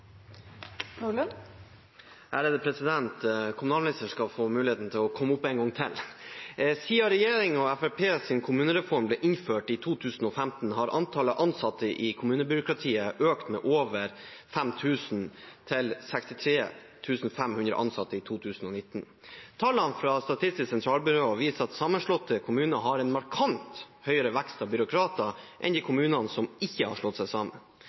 Kommunalministeren skal få muligheten til å komme opp en gang til! Siden regjeringen og Fremskrittspartiets kommunereform ble innført i 2015, har antallet ansatte i kommunebyråkratiet økt med over 5 000, til 63 500 ansatte i 2019. Tallene fra Statistisk sentralbyrå viser at sammenslåtte kommuner har en markant høyere vekst av byråkrater enn de kommunene som ikke har slått seg sammen.